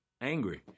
angry